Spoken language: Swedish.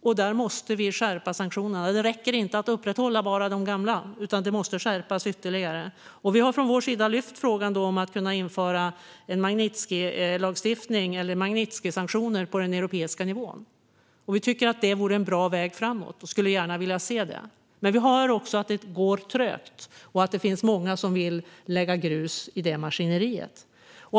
Vi måste skärpa sanktionerna. Det räcker inte att bara upprätthålla de gamla, utan detta måste skärpas ytterligare. Vi har från vår sida lyft fram frågan om att kunna införa en Magnitskijlagstiftning eller Magnitskijsanktioner på den europeiska nivån. Vi tycker att det vore en bra väg framåt och skulle gärna vilja se det. Men vi hör också att det går trögt och att det finns många som vill lägga grus i det maskineriet.